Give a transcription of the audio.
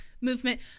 movement